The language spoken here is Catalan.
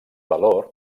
valor